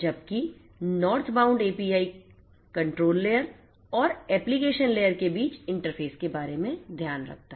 जबकि northbound API control layer और application layer के बीच इंटरफेस के बारे में ध्यान रखता है